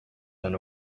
than